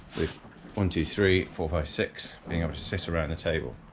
with one, two, three, four, five, six being able to sit around the table,